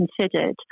considered